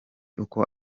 uko